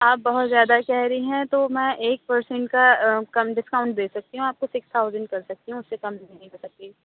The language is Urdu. آپ بہت زیادہ کہہ رہی ہیں تو میں ایک پرسن کا کم ڈسکاؤنٹ دے سکتی ہوں آپ کو سکس تھاؤزن کر سکتی ہوں اُس سے کم نہیں کر سکتی